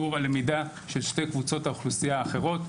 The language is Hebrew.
משיעור הלמידה של שתי קבוצות הלמידה האחרות,